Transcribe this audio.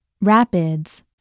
Rapids